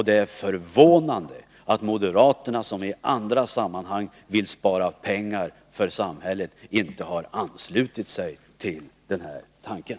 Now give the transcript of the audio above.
Det är förvånande att moderaterna som i andra sammanhang vill spara pengar för samhällets räkning inte har anslutit sig till den här tanken.